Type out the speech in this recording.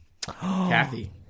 Kathy